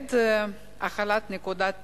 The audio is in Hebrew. מועד החלת נקודת